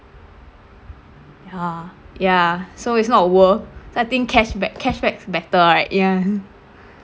ya ya so it's not worth so I think cashback cashback better right ya